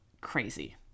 crazy